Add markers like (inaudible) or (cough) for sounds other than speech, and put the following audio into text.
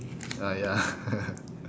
uh ya (laughs)